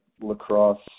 lacrosse